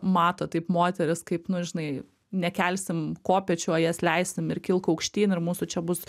mato taip moteris kaip nu žinai nekelsim kopėčių o jas leisim ir kilk aukštyn ir mūsų čia bus